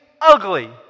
ugly